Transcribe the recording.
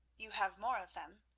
you have more of them,